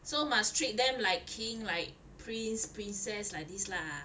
so must treat them like king like prince princess like this lah